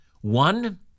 One